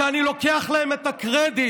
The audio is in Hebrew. שאני לוקח להם את הקרדיט,